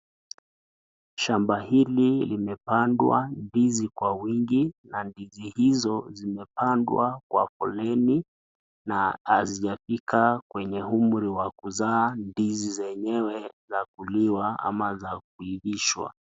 Shamba hili limepandwa ndizi kwa wingi na ndizi hizo zimepandwa kwa foleni na hazijafika kwenye umri wa kuzaa ndizi zenyewe za kuliwa ama za kuivishwa.